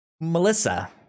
Melissa